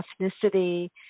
ethnicity